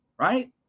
right